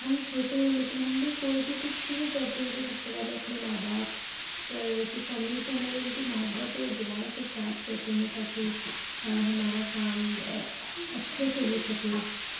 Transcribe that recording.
ہم چھوٹے ہیں لیکن ہم بھی کوئی بھی کچھ شروع کرتے ہیں تو سب سے پہلے اپنے ماں باپ کی پرمیشن اور ان کی محبت اور دعاؤں کے ساتھ کرتے ہیں تاکہ ہمارا کام اچھے سے ہو سکے